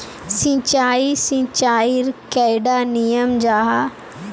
सिंचाई सिंचाईर कैडा नियम जाहा?